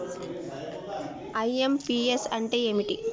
IMPS అంటే ఏంటిది?